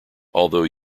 although